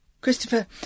Christopher